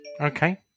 Okay